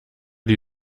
die